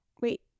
Wait